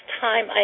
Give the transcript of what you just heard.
time